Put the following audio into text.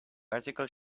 article